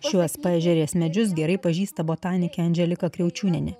šiuos paežerės medžius gerai pažįsta botanikė andželika kriaučiūnienė